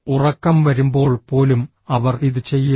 ഉറക്കം വരുമ്പോൾ പോലും അവർ ഇത് ചെയ്യുന്നു